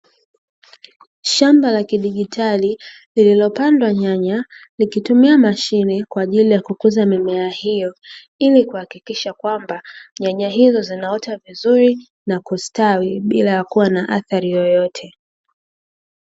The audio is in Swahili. Shamba la Kidigitali lilopandwa nyanya, likitumia mashine kwa ajili ya kukuza mimea hiyo, ili kuhakikisha kwamba nyanya hizo zinaota vizuri na kustawi bila ya kuwa na athari yoyote.